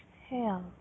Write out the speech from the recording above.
exhale